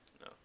No